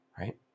right